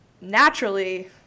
Naturally